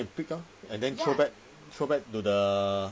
go and pick lor and then throwback throwback to the